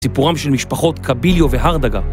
סיפורם של משפחות קביליו והרדגה